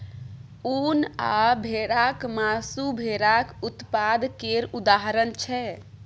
उन आ भेराक मासु भेराक उत्पाद केर उदाहरण छै